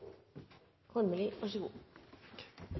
så vær så god.